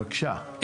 בבקשה.